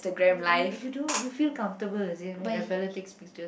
uh you you do~ you feel comfortable is it when that fellow takes pictures